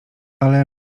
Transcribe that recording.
ale